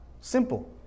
Simple